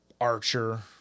Archer